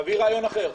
תביא רעיון אחר.